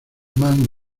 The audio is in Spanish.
man